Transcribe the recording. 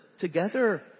together